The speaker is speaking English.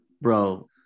bro